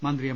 മന്ത്രി എം